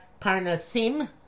parnasim